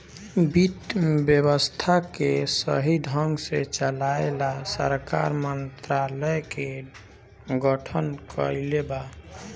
वित्त व्यवस्था के सही ढंग से चलाये ला सरकार मंत्रालय के गठन कइले बा